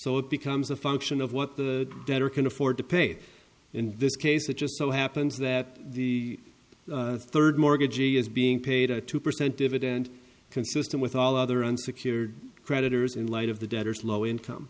so it becomes a function of what the debtor can afford to pay in this case it just so happens that the third mortgagee is being paid a two percent dividend consistent with all other unsecured creditors in light of the debtors low income